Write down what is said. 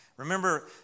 Remember